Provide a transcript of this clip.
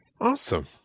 Awesome